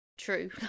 true